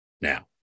now